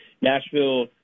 Nashville